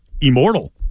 immortal